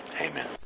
Amen